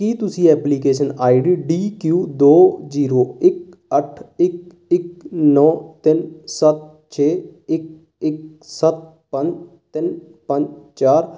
ਕੀ ਤੁਸੀਂ application I D D Q ਦੋ ਜੀਰੋ ਇੱਕ ਅੱਠ ਇੱਕ ਇੱਕ ਨੌ ਤਿੰਨ ਸੱਤ ਛੇ ਇੱਕ ਇੱਕ ਸੱਤ ਪੰਜ ਤਿੰਨ ਪੰਜ ਚਾਰ